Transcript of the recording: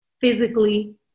physically